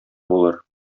булыр